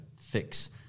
fix